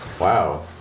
Wow